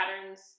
patterns